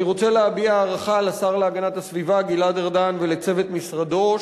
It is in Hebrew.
אני רוצה להביע הערכה לשר להגנת הסביבה גלעד ארדן ולצוות משרדו,